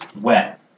Wet